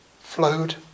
flowed